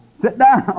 sit down!